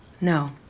No